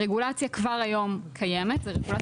הרגולציה קיימת כבר היום.